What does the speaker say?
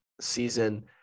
season